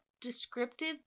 descriptive